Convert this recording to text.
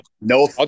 No